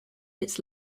its